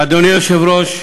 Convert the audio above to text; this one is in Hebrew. אדוני היושב-ראש,